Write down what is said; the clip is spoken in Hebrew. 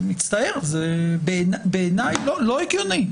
מצטער, בעיניי זה לא הגיוני.